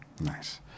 Nice